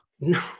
No